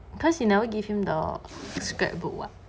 because you never give him the scrap book [what]